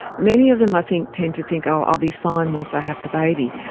many of them i think tend to think, oh, i'll be fine once i have the baby,